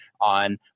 on